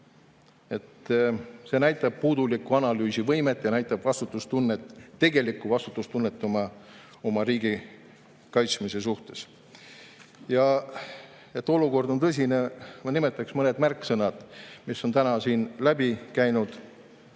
See näitab puudulikku analüüsivõimet ja näitab tegelikku vastutustunnet oma riigi kaitsmise suhtes. Ja et olukord on tõsine, siis ma nimetaksin mõned märksõnad, mis on täna siin läbi käinud.